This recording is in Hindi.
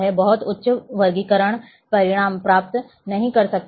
बहुत उच्च वर्गीकरण परिणाम प्राप्त नहीं कर सकते हैं